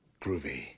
Groovy